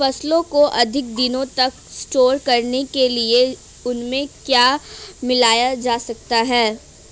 फसलों को अधिक दिनों तक स्टोर करने के लिए उनमें क्या मिलाया जा सकता है?